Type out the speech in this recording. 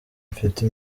mfite